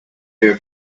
their